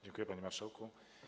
Dziękuję, panie marszałku.